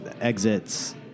exits